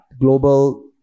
global